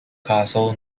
castle